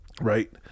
right